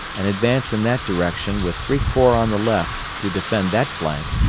and advance in that direction with three corps on the left to defend that flank,